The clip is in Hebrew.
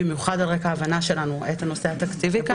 במיוחד על רקע ההבנה שלנו את הנושא התקציבי כאן.